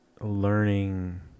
learning